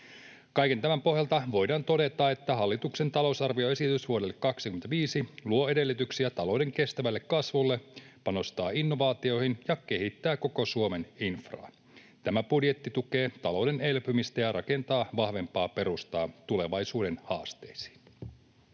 Kaiken tämän pohjalta voidaan todeta, että hallituksen talousarvioesitys vuodelle 25 luo edellytyksiä talouden kestävälle kasvulle, panostaa innovaatioihin ja kehittää koko Suomen infraa. Tämä budjetti tukee talouden elpymistä ja rakentaa vahvempaa perustaa tulevaisuuden haasteisiin.